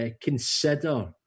consider